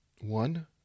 one